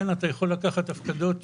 כן אתה יכול לקחת הפקדות,